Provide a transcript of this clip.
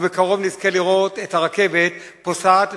ובקרוב נזכה לראות את הרכבת פוסעת,